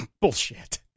bullshit